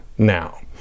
now